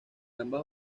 ambas